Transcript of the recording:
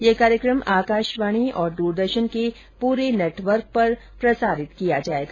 ये कार्यक्रम आकाशवाणी और द्रदर्शन के पूरे नेटवर्क पर प्रसारित किया जाएगा